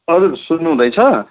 हजुर सुन्नुहुँदैछ